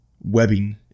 webbing